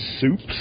soups